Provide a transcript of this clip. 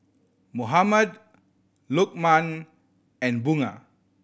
Muhammad Lokman and Bunga